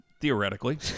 Theoretically